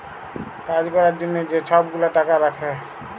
কাজ ক্যরার জ্যনহে যে ছব গুলা টাকা রাখ্যে